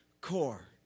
core